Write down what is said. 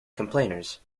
complainers